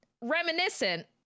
reminiscent